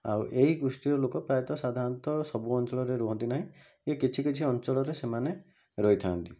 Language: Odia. ଆଉ ଏଇ ଗୋଷ୍ଠୀର ଲୋକ ପ୍ରାୟତଃ ସାଧାରଣତଃ ସବୁ ଅଞ୍ଚଳରେ ରୁହନ୍ତି ନାହିଁ ଏଇ କିଛି କିଛି ଅଞ୍ଚଳରେ ସେମାନେ ରହିଥାନ୍ତି